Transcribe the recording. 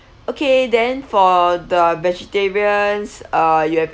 okay then for the vegetarians uh you have